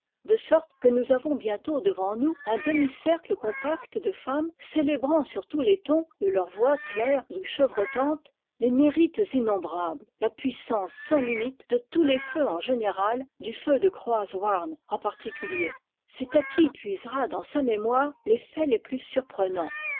de sorte que nous avons bientôt devant nous un demi cercle compact de femmes célébrant sur tous les tons de leurs voix claires ou chevrotantes les mérites innombrables la puissance sans limites de tous les feux en général du feu de croaz houam en particulier c'est à qui puisera dans sa mémoire les faits les plus surprenants